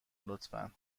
لطفا